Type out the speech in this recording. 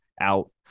out